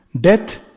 death